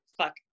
Fuck